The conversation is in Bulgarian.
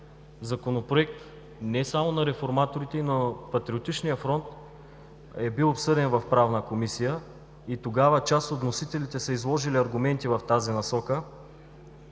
Законопроект не само на Реформаторите и на Патриотичния фронт е бил обсъден в Правна комисия и тогава част от вносителите са изложили аргументи в тази насока